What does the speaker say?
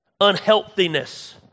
unhealthiness